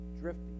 drifting